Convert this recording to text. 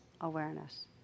awareness